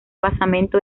basamento